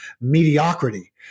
mediocrity